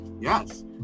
yes